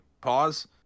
Pause